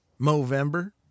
Movember